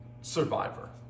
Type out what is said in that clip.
survivor